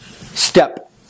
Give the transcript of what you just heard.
step